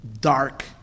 dark